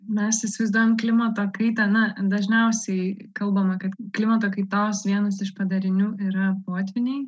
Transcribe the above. mes įsivaizduojam klimato kaitą na dažniausiai kalbama kad klimato kaitos vienas iš padarinių yra potvyniai